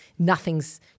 Nothing's